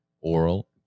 oral